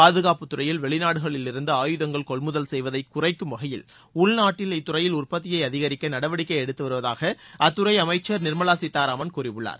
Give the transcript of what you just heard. பாதுகாப்புத்துறையில் வெளிநாடுகளிலிருந்து ஆயுதங்கள் கொள்முதல் செய்வதை குறைக்கும் வகையில் உள்நாட்டில் இத்துறையில் உற்பத்தியை அதிகரிக்க நடவடிக்கை எடுத்து வருவதாக அத்துறை அமைச்சர் நிர்மலா சீத்தாராமன் கூறியுள்ளார்